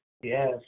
Yes